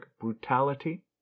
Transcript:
brutality